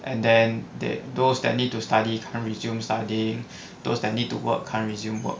and then they those that need to study can't resume studying those that need to work can't resume work